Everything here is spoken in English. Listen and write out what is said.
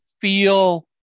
feel